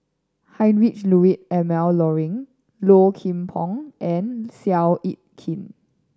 Heinrich Ludwig Emil Luering Low Kim Pong and Seow Yit Kin